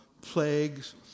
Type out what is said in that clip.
plagues